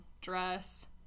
dress